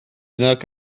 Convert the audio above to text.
nag